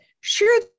Sure